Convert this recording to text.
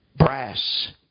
Brass